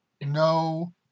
no